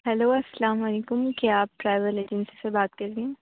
hello السّلام علیکم کیا آپ ٹریول ایجنسی سے بات کر رہی ہیں